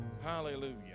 Hallelujah